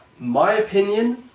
my opinion,